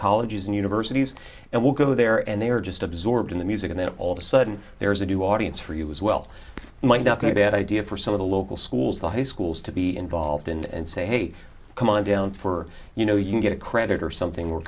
colleges and universities and will go there and they are just absorbed in the music and then all of a sudden there is a new audience for you as well might not going to be an idea for some of the local schools the high schools to be involved and say hey come on down for you know you get a credit or something or